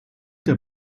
der